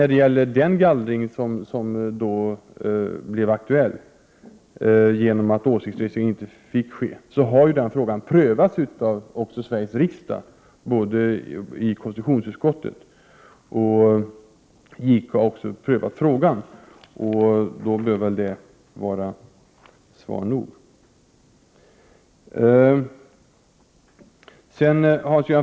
Frågan om den gallring som blev aktuell genom att åsiktsregistrering inte fick ske har prövats av Sveriges riksdag i konstitutionsutskottet. Även JK har prövat frågan. Det bör väl vara svar nog.